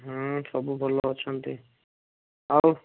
ସବୁ ଭଲ ଅଛନ୍ତି ଆଉ